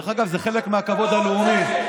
זה חלק מהכבוד הלאומי.